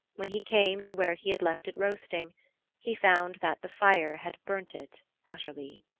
when he came to where he had left it roasting he found that the fire had burnt it utterly.